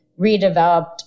redeveloped